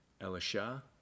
Elisha